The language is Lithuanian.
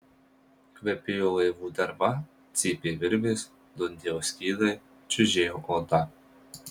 kvepėjo laivų derva cypė virvės dundėjo skydai čiužėjo oda